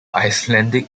icelandic